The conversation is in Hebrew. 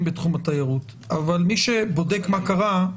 בתחום התיירות אבל מי שבודק מה קרה,